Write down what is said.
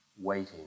waiting